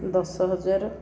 ଦଶ ହଜାର